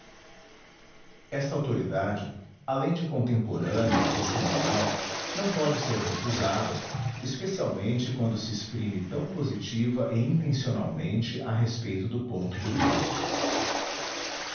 esta autoridade além de contemporânea testemunhal não pode ser recusada especialmente quando se exprime tão positiva e intencionalmente a respeito do ponto duvidoso